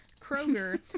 Kroger